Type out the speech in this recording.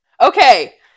Okay